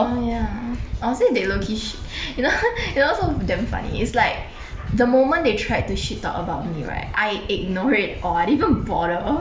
oh ya I will say they low key sh~ you know they all also damn funny is like the moment they tried to shit talk about me right I ignore it or I didn't even bother